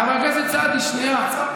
חבר הכנסת סעדי, שנייה.